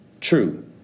True